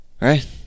Right